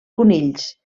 conills